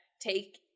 take